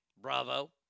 bravo